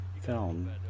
film